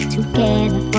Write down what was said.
Together